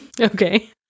okay